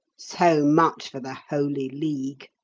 so much for the holy league.